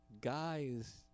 guys